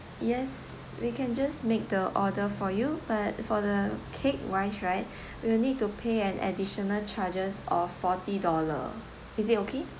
yes we can just make the order for you but for the cake-wise right you'll need to pay an additional charges or forty dollar is it okay